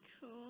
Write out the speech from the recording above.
Cool